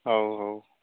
ହଉ ହଉ